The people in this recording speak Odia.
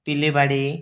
ଟିଲିବାଡ଼ି